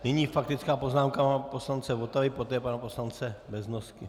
Nyní faktická poznámka pana poslance Votavy, poté pana poslance Beznosky.